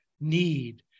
need